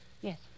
Yes